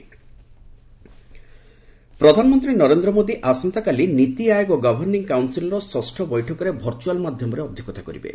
PM NITI Aayog ପ୍ରଧାନମନ୍ତ୍ରୀ ନରେନ୍ଦ୍ର ମୋଦି ଆସନ୍ତାକାଲି NITI Aayog governing କାଉନ୍ସିଲ୍ର ଷଷ୍ଠ ବୈଠକରେ ଭର୍ଚୂଆଲ୍ ମାଧ୍ୟମରେ ଅଧ୍ୟକ୍ଷତା କରିବେ